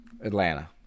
Atlanta